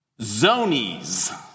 Zonies